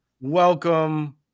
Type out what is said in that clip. welcome